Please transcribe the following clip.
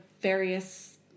various